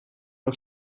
nog